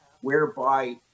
whereby